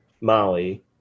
molly